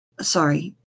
Sorry